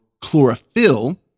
chlorophyll